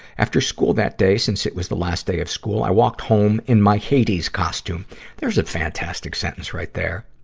after school that day, since it was the last day of school, i walked home in my hades costume there's a fantastic sentence right there!